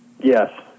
Yes